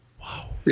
Wow